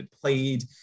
played